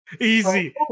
easy